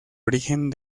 origen